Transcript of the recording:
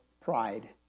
pride